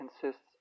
consists